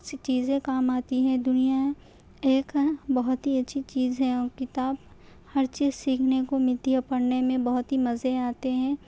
چیزیں کام آتی ہیں دنیا ایک بہت ہی اچھی چیز ہے اور کتاب ہر چیز سیکھنے کو ملتی ہے اور پڑھنے میں بہت ہی مزے آتے ہیں